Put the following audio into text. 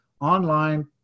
online